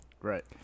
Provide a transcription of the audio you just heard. Right